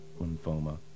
lymphoma